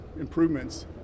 improvements